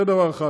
זה דבר אחד.